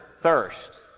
thirst